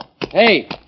Hey